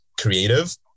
creative